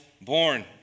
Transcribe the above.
born